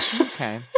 Okay